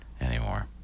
anymore